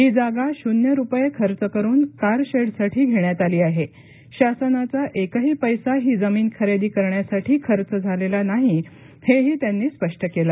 ही जागा शुन्य रुपये खर्च करून कारशेडसाठी घेण्यात आली आहे शासनाचा एकही पैसा ही जमीन खरेदी करण्यासाठी खर्च झालेला नाही हे ही त्यांनी स्पष्ट केले